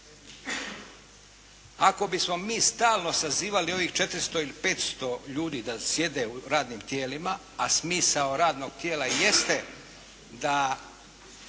Ako bismo mi stalno sazivali ovih 400 ili 500 ljudi da sjede u radnim tijelima, a smisao radnog tijela jeste da,